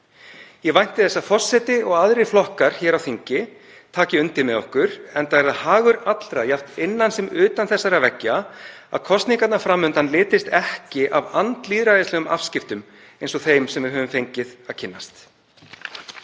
Ég vænti þess að forseti og aðrir flokkar hér á þingi taki undir með okkur, enda er það hagur allra, jafnt innan sem utan þessara veggja, að kosningarnar fram undan litist ekki af andlýðræðislegum afskiptum eins og þeim sem við höfum fengið að kynnast.